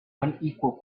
unequal